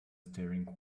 staring